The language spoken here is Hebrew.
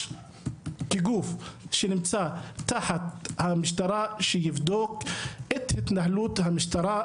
כגוף שנמצא תחת המשטרה שיבדוק את התנהלות המשטרה,